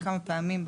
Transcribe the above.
כמה פעמים,